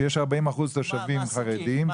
שיש 40% תושבים חרדים,